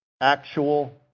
actual